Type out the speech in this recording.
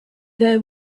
there